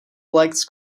elects